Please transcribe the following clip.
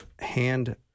hand